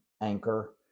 Anchor